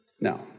now